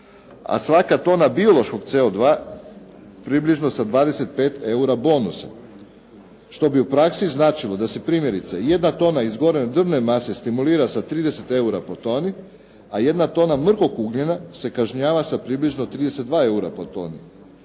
a svaka tona biološkog CO2 približno sa 25 eura bonusa. Što bi u praksi značilo da se primjerice jedna tona izgorene drvne mase stimulira sa 30 eura po toni, a jedna tona mrkog ugljena se kažnjava sa približno 32 eura po toni.